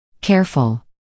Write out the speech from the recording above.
Careful